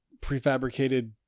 prefabricated